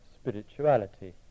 spirituality